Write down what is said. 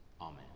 Amen